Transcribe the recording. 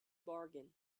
bargain